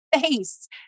face